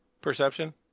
Perception